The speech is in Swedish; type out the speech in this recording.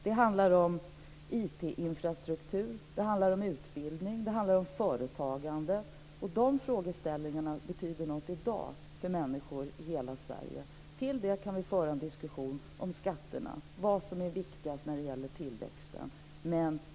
Det handlar om IT-infrastruktur, om utbildning och om företagande, och de frågeställningarna betyder någonting i dag för människor i hela Sverige. Till det kan vi lägga en diskussion om skatterna och vad som är viktigast när det gäller tillväxten.